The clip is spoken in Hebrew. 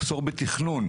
מחסור בתכנון,